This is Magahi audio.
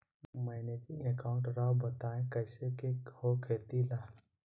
मैनेजिंग अकाउंट राव बताएं कैसे के हो खेती ला?